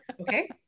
okay